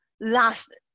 last